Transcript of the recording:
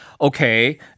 Okay